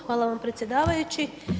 Hvala vam predsjedavajući.